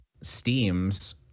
Steams